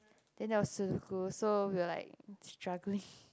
then there was Sudoku so we were like struggling